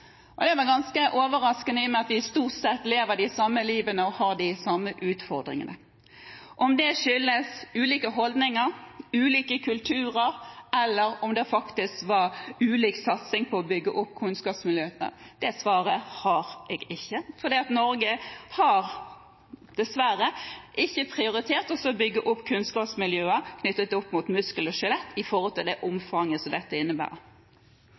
var ganske overraskende, i og med at vi stort sett lever det samme livet og har de samme utfordringene. Om det skyldes ulike holdninger og ulike kulturer, eller om det faktisk var ulik satsing på å bygge opp kunnskapsmiljøer, har jeg ikke svaret på, for Norge har dessverre ikke prioritert å bygge opp kunnskapsmiljøer knyttet opp mot muskel- og skjelettlidelser i det omfanget dette innebærer.